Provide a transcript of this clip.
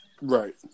Right